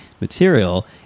material